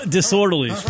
Disorderly